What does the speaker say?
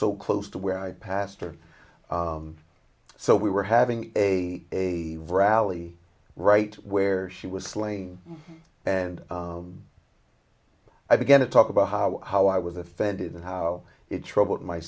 so close to where i pastor so we were having a a rally right where she was slain and i began to talk about how how i was offended and how it troubled my